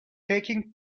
taking